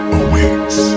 awaits